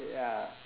ya